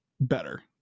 better